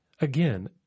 again